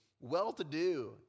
well-to-do